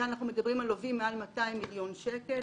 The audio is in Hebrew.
כאן אנחנו מדברים על לווים מעל 200 מיליון שקל.